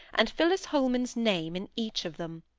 and phillis holman's name in each of them!